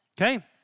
okay